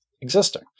existing